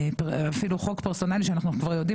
אפילו חוק פרסונלי שאנחנו כבר יודעים